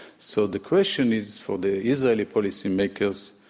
so the question is for the israeli policymakers,